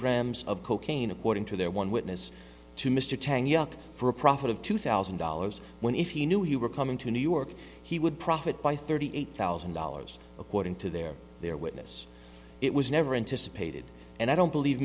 kilograms of cocaine according to their one witness to mr tang yuk for a profit of two thousand dollars when if he knew you were coming to new york he would profit by thirty eight thousand dollars according to their their witness it was never into spaded and i don't believe